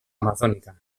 amazónica